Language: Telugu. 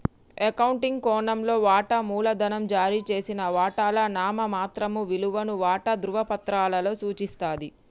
అకౌంటింగ్ కోణంలో, వాటా మూలధనం జారీ చేసిన వాటాల నామమాత్రపు విలువను వాటా ధృవపత్రాలలో సూచిస్తది